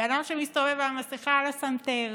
בן אדם שמסתובב והמסכה על הסנטר,